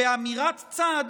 באמירת צד,